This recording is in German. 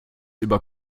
über